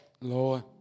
Lord